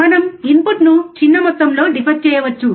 మనం ఇన్పుట్ను చిన్న మొత్తంలో డిఫర్ వేయవచ్చు